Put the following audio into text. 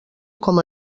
com